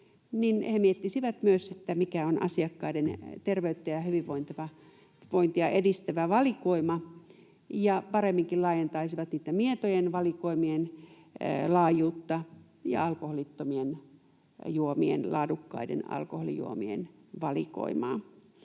— miettisi myös, mikä on asiakkaiden terveyttä ja hyvinvointivointia edistävä valikoima ja paremminkin laajentaisi niitten mietojen valikoimien laajuutta ja alkoholittomien juomien,